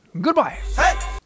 Goodbye